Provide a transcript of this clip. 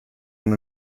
und